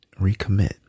Recommit